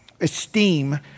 esteem